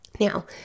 Now